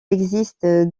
existe